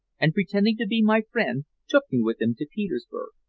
and pretending to be my friend took me with him to petersburg.